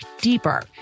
deeper